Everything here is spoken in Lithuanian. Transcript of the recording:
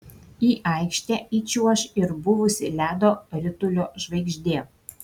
į aikštę įčiuoš ir buvusi ledo ritulio žvaigždė